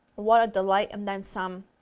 what a delight and then some!